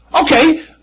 Okay